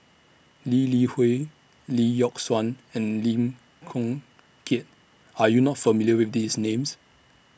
Lee Li Hui Lee Yock Suan and Lim Chong Keat Are YOU not familiar with These Names